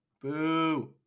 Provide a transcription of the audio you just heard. Boo